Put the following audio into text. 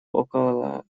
около